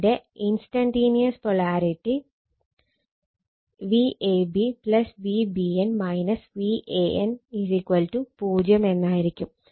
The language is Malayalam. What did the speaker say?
ഇതിന്റെ instantaneous polarity Vab Vbn Van 0 എന്നായിരിക്കും